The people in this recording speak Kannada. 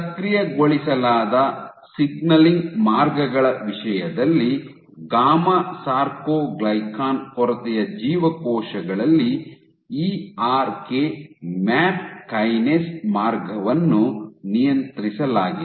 ಸಕ್ರಿಯಗೊಳಿಸಲಾದ ಸಿಗ್ನಲಿಂಗ್ ಮಾರ್ಗಗಳ ವಿಷಯದಲ್ಲಿ ಗಾಮಾ ಸಾರ್ಕೊಗ್ಲಿಕನ್ ಕೊರತೆಯ ಜೀವಕೋಶಗಳಲ್ಲಿ E R K MAP kinase ಮಾರ್ಗವನ್ನು ನಿಯಂತ್ರಿಸಲಾಗಿದೆ